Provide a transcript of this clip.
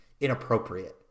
inappropriate